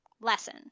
lesson